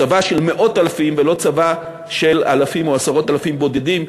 צבא של מאות אלפים ולא צבא של אלפים או עשרות אלפים בודדים,